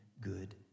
good